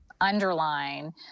underline